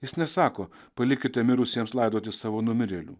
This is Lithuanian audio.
jis nesako palikite mirusiems laidoti savo numirėlių